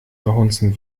verhunzen